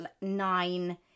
nine